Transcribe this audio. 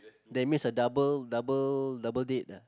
that means the double double double date ah